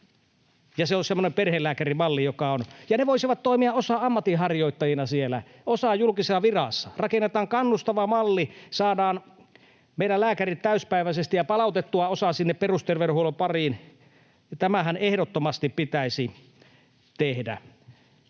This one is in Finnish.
on... Ja osa niistä voisi toimia ammatinharjoittajina siellä, osa julkisessa virassa. Rakennetaan kannustava malli. Saadaan meidän lääkärit täyspäiväisesti — ja osa palautettua — sinne perusterveydenhuollon pariin. Tämähän ehdottomasti pitäisi tehdä.